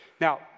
Now